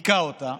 הכה אותה,